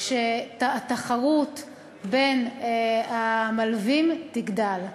שהתחרות בין המלווים תגדל.